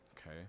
okay